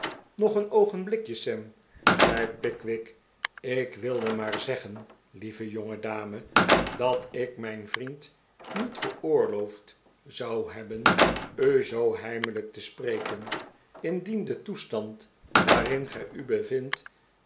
nog een pogenblikje sam zei pickwick ik wilde maar zeggen lieve jongedame dat ik mijn vriend niet veroorloofd zou hebben u zoo heimelijk te spreken indien de toestand waarin gij u bevindt